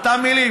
אותן מילים,